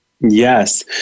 Yes